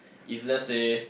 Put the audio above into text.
if let's say